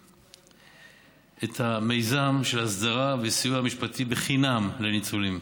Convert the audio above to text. את המיזם של הסדרה וסיוע משפטי בחינם לניצולים.